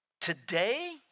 Today